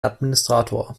administrator